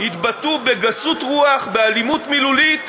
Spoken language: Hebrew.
התבטאו בגסות רוח, באלימות מילולית,